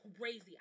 crazy